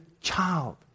child